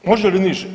Može li niže?